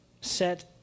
set